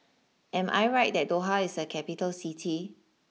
am I right that Doha is a capital City